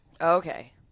Okay